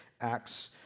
Acts